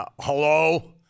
Hello